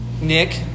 Nick